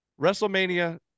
WrestleMania